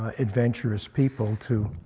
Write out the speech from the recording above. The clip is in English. ah adventurous people to